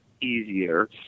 easier